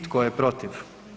Tko je protiv?